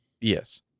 Yes